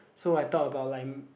so I talk about like